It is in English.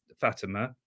Fatima